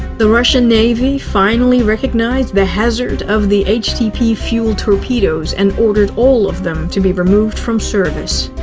the russian navy finally recognized the hazard of the htp-fuelled torpedoes and ordered all of them to be removed from service.